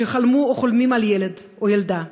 שחלמו או חולמים על ילד, או ילדה,